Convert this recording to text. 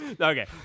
Okay